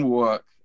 work